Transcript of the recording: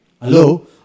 Hello